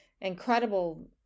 incredible